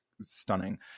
stunning